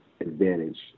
advantage